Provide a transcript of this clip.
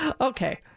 Okay